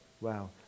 Wow